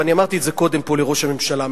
ואני אמרתי את זה קודם פה לראש הממשלה,